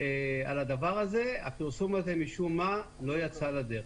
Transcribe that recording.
על הדבר הזה, הפרסום הזה משום מה לא יצא לדרך.